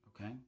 Okay